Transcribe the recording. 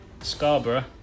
Scarborough